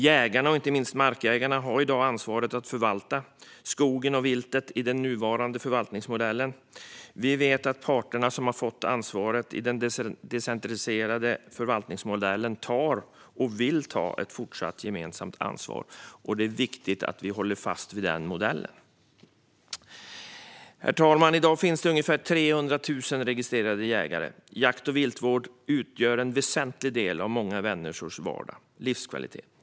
Jägarna och inte minst markägarna har ansvaret att förvalta skogen och viltet i den nuvarande förvaltningsmodellen. Vi vet att de parter som har fått ansvaret i den decentraliserade förvaltningsmodellen tar och vill ta ett fortsatt gemensamt ansvar. Det är viktigt att vi håller fast vid den modellen. Herr talman! I dag finns det ungefär 300 000 registrerade jägare. Jakt och viltvård utgör en väsentlig del av många människors vardag och livskvalitet.